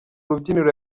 rubyiniro